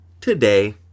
today